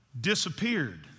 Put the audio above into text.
disappeared